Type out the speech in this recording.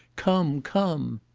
come! come!